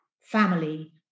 Family